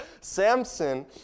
Samson